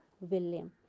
william